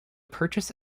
purchase